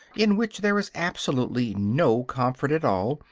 in which there is absolutely no comfort at all,